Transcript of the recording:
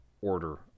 order